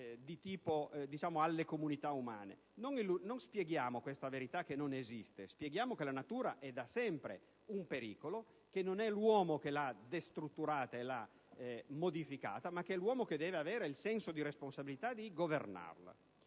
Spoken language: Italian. problemi alle comunità umane. Non spieghiamo questa verità che non esiste; spieghiamo che la natura è da sempre un pericolo, che non è l'uomo che l'ha destrutturata e l'ha modificata, ma è l'uomo che deve avere il senso di responsabilità di governarla.